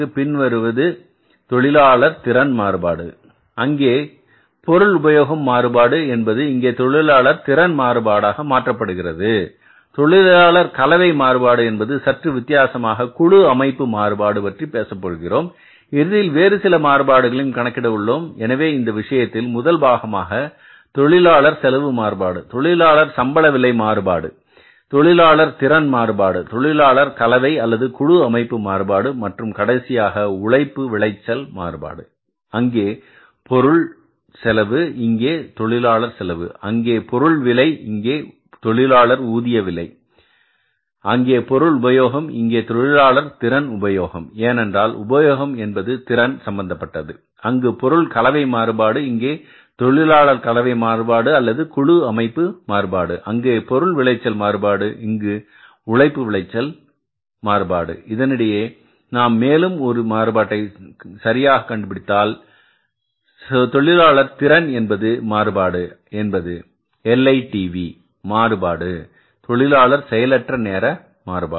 பின்னர் வருவது தொழிலாளர் திறன் மாறுபாடு அங்கே பொருள் உபயோகம் மாறுபாடு என்பது இங்கே தொழிலாளர் திறன் மாறுபாடாக மாற்றப்படுகிறது தொழிலாளர் கலவை மாறுபாடு என்பது சற்று வித்தியாசமாக குழு அமைப்பு மாறுபாடு பற்றிப் பேசப் போகிறோம் இறுதியாக வேறுசில மாறுபாடுகளையும் கணக்கிட உள்ளோம் எனவே இந்த விஷயத்தில் முதல் பாகமாக தொழிலாளர் செலவு மாறுபாடு தொழிலாளர் சம்பள விலை மாறுபாடு தொழிலாளர் திறன் மாறுபாடு தொழிலாளர் கலவை அல்லது குழு அமைப்பு மாறுபாடு மற்றும் கடைசியாக உழைப்பு விளைச்சல் மாறுபாடு அங்கே பொருள் செலவு இங்கே தொழிலாளர் செலவு அங்கே பொருள் விலை இங்கே தொழிலாளர் ஊதிய விலை மாறுபாடு அங்கே பொருள் உபயோகம் இங்கே தொழிலாளர் திறன் உபயோகம் ஏனென்றால் உபயோகம் என்பது திறன் சம்பந்தப்பட்டது அங்கு பொருள் கலவை மாறுபாடு இங்கே தொழிலாளர் கலவை மாறுபாடு அல்லது குழு அமைப்பு மாறுபாடு அங்கே பொருள் விளைச்சல் மாறுபாடு இங்கே உழைப்பு விளைச்சல் இதனிடையே நாம் மேலும் ஒரு மாறுபாட்டை சரியாக கண்டுபிடித்தால் தொழிலாளர் திறன் என்பது இந்த மாறுபாடு என்பது LITV மாறுபாடு தொழிலாளர் செயலற்ற நேர மாறுபாடு